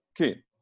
Okay